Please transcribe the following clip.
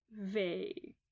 vague